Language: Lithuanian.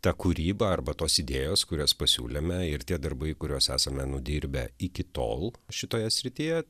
ta kūryba arba tos idėjos kurias pasiūlėme ir tie darbai kuriuos esame nudirbę iki tol šitoje srityje